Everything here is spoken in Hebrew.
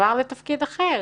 עבר לתפקיד אחר.